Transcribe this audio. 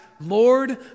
Lord